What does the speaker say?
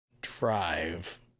drive